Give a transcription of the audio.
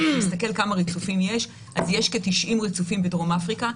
יש כ-90 ריצופים בדרום אפריקה,